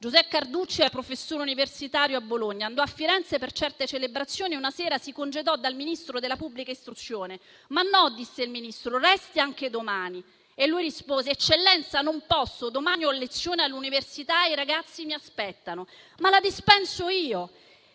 Giosuè Carducci era professore universitario a Bologna; andò a Firenze per certe celebrazioni e una sera si congedò dal Ministro della pubblica istruzione. «Ma no», disse il Ministro, «resti anche domani». E lui rispose: «Eccellenza non posso, domani ho lezione all'università, i ragazzi mi aspettano». «Ma la dispenso io»,